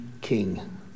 king